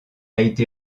été